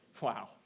Wow